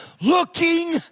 Looking